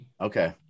Okay